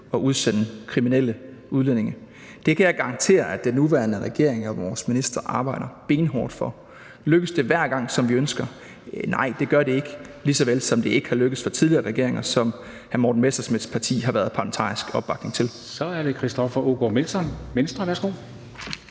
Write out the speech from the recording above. at udsende kriminelle. Det kan jeg garantere at den nuværende regering og vores minister arbejder benhårdt for. Lykkes det hver gang, som vi ønsker det? Nej, det gør det ikke, lige så vel som det ikke er lykkedes for tidligere regeringer, som hr. Morten Messerschmidts parti har været parlamentarisk opbakning til. Kl. 09:45 Formanden (Henrik